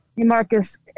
Marcus